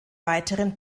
weiteren